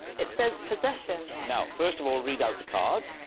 it says possession. now, first of all read out the card,